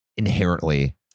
Inherently